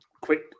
quick